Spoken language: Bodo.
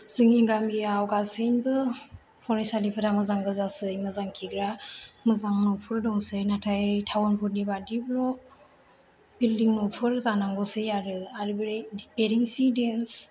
जोंनि गामियाव गासैबो फरायसालिफोरा मोजां गोजासै मोजां खिग्रा मोजां न'फोर दंसै नाथाय थाउनफोरनि बायदिल' बिलदिं न'फोर जानांगौसै आरो बेरेंसि देक्स